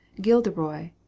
Gilderoy